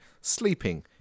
Sleeping